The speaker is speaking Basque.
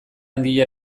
handia